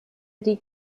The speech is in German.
die